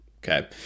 Okay